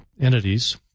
entities –